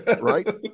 right